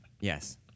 yes